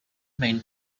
main